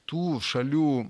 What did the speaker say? tų šalių